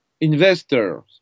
investors